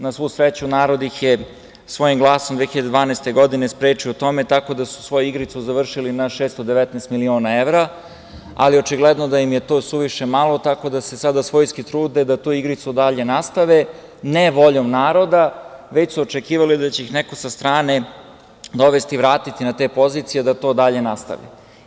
Na svu sreću, narod ih je svojim glasom 2012. godine sprečio u tome, tako da su svoju igricu završili na 619 miliona evra, ali očigledno da im je to suviše malo, tako da se sada svojski trude da tu igricu dalje nastave ne voljom naroda, već su očekivali da će ih neko sa strane dovesti i vratiti na te pozicije da to dalje nastave.